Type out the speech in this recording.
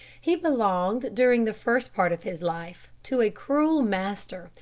he belonged during the first part of his life to a cruel master,